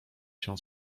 się